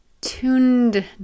tuned